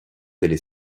delle